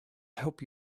help